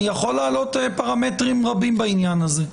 אני יכול להעלות פרמטרים רבים בעניין הזה.